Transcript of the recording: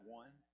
one